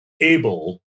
able